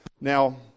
Now